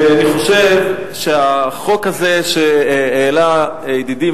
ואני חושב שהחוק הזה שהעלה ידידי,